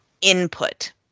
input